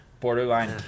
Borderline